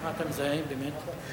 מה אתה מזהה, באמת?